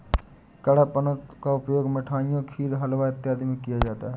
कडपहनुत का उपयोग मिठाइयों खीर हलवा इत्यादि में किया जाता है